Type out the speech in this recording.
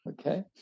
Okay